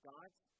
God's